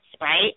right